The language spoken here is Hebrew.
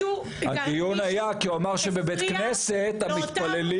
הדיון היה כי הוא אמר שבבית כנסת המתפללים